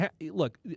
Look